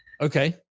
Okay